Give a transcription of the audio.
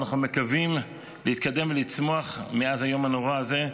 אנחנו מקווים להתקדם ולצמוח מאז היום הנורא הזה,